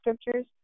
scriptures